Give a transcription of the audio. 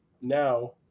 now